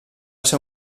ser